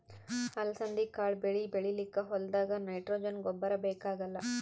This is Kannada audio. ಅಲಸಂದಿ ಕಾಳ್ ಬೆಳಿ ಬೆಳಿಲಿಕ್ಕ್ ಹೋಲ್ದಾಗ್ ನೈಟ್ರೋಜೆನ್ ಗೊಬ್ಬರ್ ಬೇಕಾಗಲ್